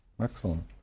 Excellent